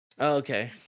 okay